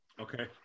Okay